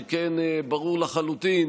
שכן ברור לחלוטין